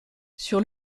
sur